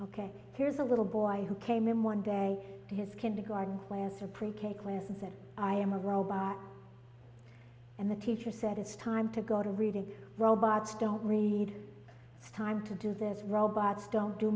ok here's a little boy who came in one day his kindergarten class or pre k class that i am a robot and the teacher said it's time to go to reading robots don't read time to do the robots don't do